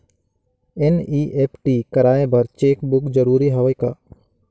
NEFT कराय बर cheque book जरूरी हवय का?